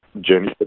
Jenny